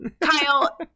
Kyle